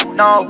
no